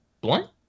Blunt